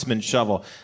shovel